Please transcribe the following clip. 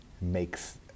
makes